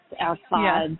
outside